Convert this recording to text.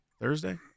Thursday